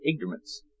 ignorance